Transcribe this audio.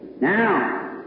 Now